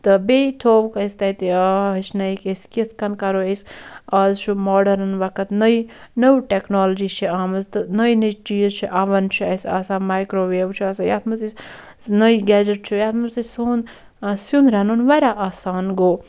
تہٕ بیٚیہِ تھووُکھ اَسہِ تَتہِ ہیٚچھنٲیِکھ أسۍ کِتھٕ کٔنۍ کَرو أسۍ از چھُ ماڈرن وَقت نٔے نوٚو ٹیٚکنالجی چھِ آمٕژ تہٕ نٔے نٔے چیٖز چھِ اَوَن چھُ اَسہِ آسان مایکرو ویو چھُ آسان یتھ مَنٛز أسۍ نٔے گیٚجَٹ چھ یتھ مَنٛز أسۍ سون سیُن رَنُن واریاہ آسان گوٚو